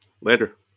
Later